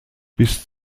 bis